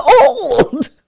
old